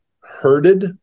herded